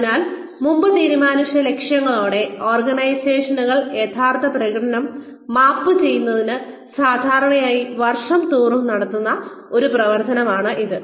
അതിനാൽ മുമ്പ് തീരുമാനിച്ച ലക്ഷ്യങ്ങളോടെ ഓർഗനൈസേഷനുകൾ യഥാർത്ഥ പ്രകടനം മാപ്പ് ചെയ്യുന്നതിന് സാധാരണയായി വർഷം തോറും നടത്തുന്ന ഒരു പ്രവർത്തനമാണിത്